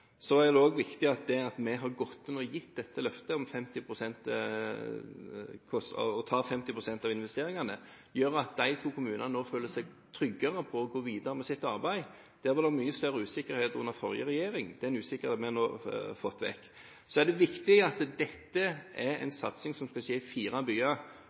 at vi har gitt dette løftet om å ta 50 pst. av investeringene, gjør at de to kommunene nå føler seg tryggere på å gå videre med sitt arbeid. Der var det mye større usikkerhet under forrige regjering. Den usikkerheten har vi nå fått vekk. Det er også viktig at dette er en satsing som skal skje i fire byer.